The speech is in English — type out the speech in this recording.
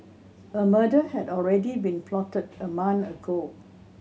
a murder had already been plotted a month ago